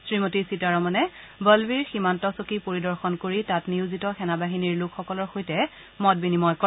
শ্ৰীমতী সীতাৰমণে বলবীৰ সীমান্ত চকী পৰিদৰ্শন কৰি তাত নিয়োজিত সেনাবাহিনীৰ লোকসকলৰ সৈতে মত বিনিময় কৰে